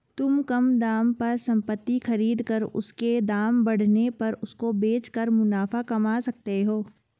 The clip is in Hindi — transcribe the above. तुम कम दाम पर संपत्ति खरीद कर उसके दाम बढ़ने पर उसको बेच कर मुनाफा कमा सकते हो